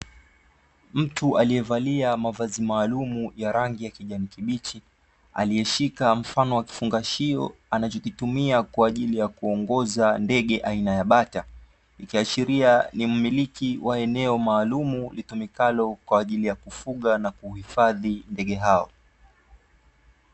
Mtu aliyevalia mavazi maalumu ya rangi ya kijani kibichi, aliyeshika mfano wa kifungashio, anachokitumia kwa ajili ya kuongoza ndege aina ya bata, ikiashiria ni mmiliki wa eneo maalumu litumikalo kwa ajili ya kufuga na kuhifadhi ndege hao.